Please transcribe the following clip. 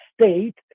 state